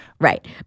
Right